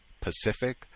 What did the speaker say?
Pacific